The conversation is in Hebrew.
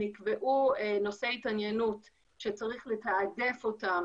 נקבעו נושאי התעניינות שצריך לתעדף אותם